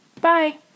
Bye